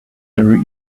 very